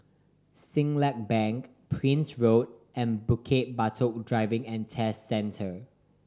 Siglap Bank Prince Road and Bukit Batok Driving and Test Centre